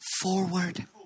forward